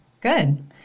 good